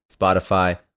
Spotify